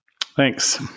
Thanks